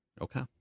Okay